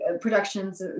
productions